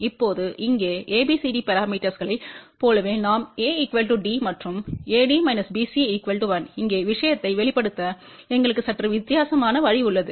இப்போது இங்கே ABCD பரமீட்டர்ஸ்களைப் போலவே நாம் A D மற்றும் AD BC 1இங்கே விஷயத்தை வெளிப்படுத்த எங்களுக்கு சற்று வித்தியாசமான வழி உள்ளது